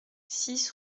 six